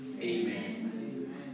Amen